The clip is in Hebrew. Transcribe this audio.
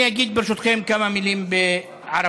אני אגיד, ברשותכם, כמה מילים בערבית,